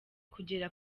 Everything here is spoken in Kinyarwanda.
kugera